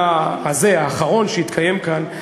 האחרון שהתקיים כאן,